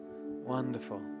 Wonderful